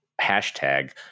hashtag